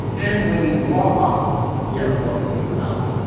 and when you block off airflow through the mouth,